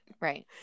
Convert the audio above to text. right